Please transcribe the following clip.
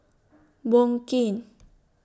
Wong Keen